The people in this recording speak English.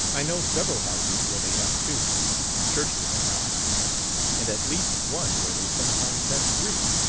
i know several houses where they have two churchton or not and at least one where they sometimes have three.